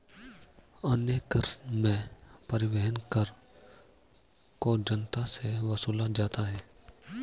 अन्य कर में परिवहन कर को जनता से वसूला जाता है